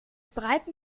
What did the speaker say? breiten